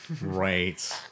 Right